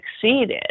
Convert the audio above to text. succeeded